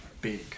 big